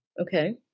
Okay